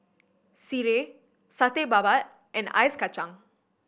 sireh Satay Babat and Ice Kachang